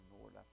Lord